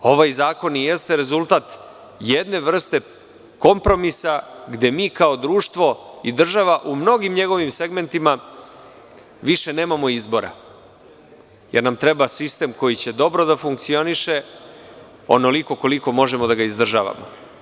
Ovaj zakon i jeste rezultat jedne vrste kompromisa gde mi kao društvo i država u mnogim njegovim segmentima više nemamo izbora, jer nam treba sistem koji će dobro da funkcioniše, onoliko koliko možemo da ga izdržavamo.